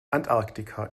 antarktika